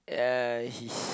uh he's